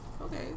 Okay